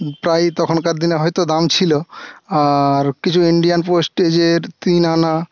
প্রায় তখনকার দিনে হয়তো দাম ছিল আর কিছু ইন্ডিয়ান পোস্টেজের তিন আনা